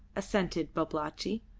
assented babalatchi.